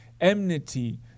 enmity